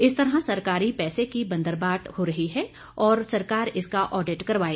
इस तरह सरकारी पैसे की बंदरबांट हो रही है और सरकार इसका आडिट करवाए